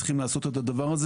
אולי צריך לשנות אותו.